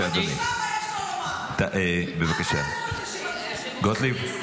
חברת הכנסת טלי גוטליב,